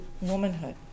womanhood